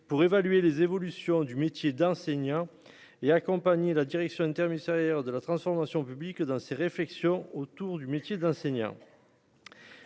pour évaluer les évolutions du métier d'enseignant et la Direction interministérielle de la transformation publique dans ses réflexions autour du métier d'enseignant,